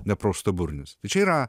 nepraustaburnis tai čia yra